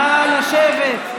נא לשבת.